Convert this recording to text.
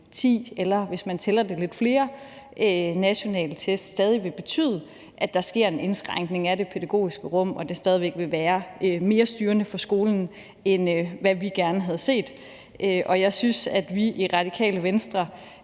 ti, eller hvis man tæller dem op, lidt flere nationale test, stadig vil betyde, at der sker en indskrænkning af det pædagogiske rum, og at det stadig væk vil være mere styrende for skolen, end hvad vi gerne havde set. I Radikale Venstre